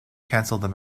cancelled